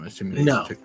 No